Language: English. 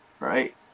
Right